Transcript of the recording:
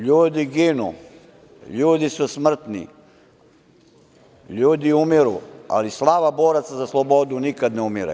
Ljudi ginu, ljudi su smrtni, ljudi umiru ali slava boraca za slobodu nikada ne umire.